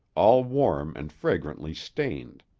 all warm and fragrantly stained.